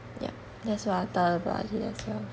yup that's what I thought about it as well